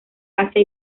asia